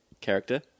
character